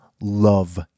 love